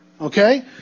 Okay